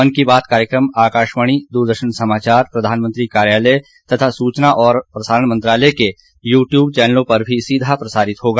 मन की बात कार्यक्रम आकाशवाणी द्रदर्शन समाचार प्रधानमंत्री कार्यालय तथा सूचना और प्रसारण मंत्रालय के यूट्यूब चैनलों पर भी सीधा प्रसारित होगा